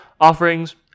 offerings